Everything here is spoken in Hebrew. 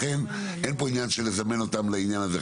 לכן אין פה עניין של לזמן אותם לעניין הזה.